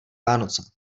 vánoce